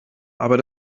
aber